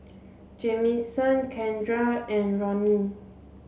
Jamison Kendra and Ronny